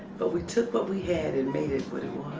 but we took what we had and made it what